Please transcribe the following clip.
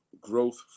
growth